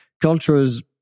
cultures